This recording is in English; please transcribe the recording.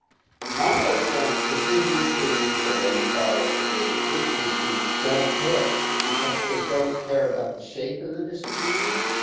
models like decision trees or random forest or gradient boosting machines don't care, because they don't care about the shape of the distribution.